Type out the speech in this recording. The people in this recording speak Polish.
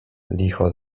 licho